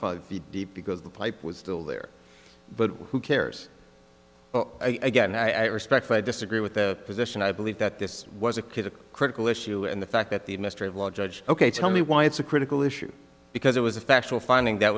five feet deep because the pipe was still there but who cares well again i respectfully disagree with the position i believe that this was a kid a critical issue and the fact that the administrative law judge ok tell me why it's a critical issue because it was a factual finding that